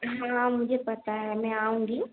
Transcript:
हाँ मुझे पता है मैं आऊँगी